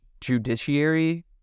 judiciary